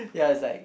ya is like